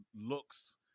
looks